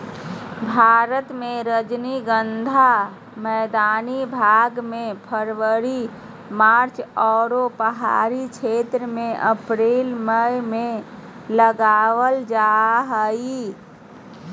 भारत मे रजनीगंधा मैदानी भाग मे फरवरी मार्च आरो पहाड़ी क्षेत्र मे अप्रैल मई मे लगावल जा हय